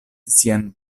sian